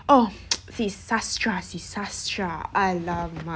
orh sis sastera sis sastera !alamak!